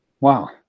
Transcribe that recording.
Wow